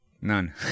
None